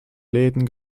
läden